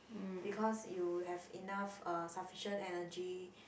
because you have enough uh sufficient energy